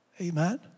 Amen